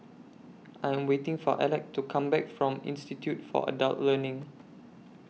I Am waiting For Alec to Come Back from Institute For Adult Learning